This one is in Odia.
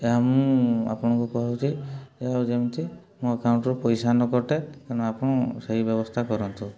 ଏହା ମୁଁ ଆପଣଙ୍କୁ କହୁଛି ଆଉ ଯେମିତି ମୋ ଆକାଉଣ୍ଟରୁ ପଇସା ନ କଟେ ତେଣୁ ଆପଣ ସେଇ ବ୍ୟବସ୍ଥା କରନ୍ତୁ